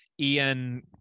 Ian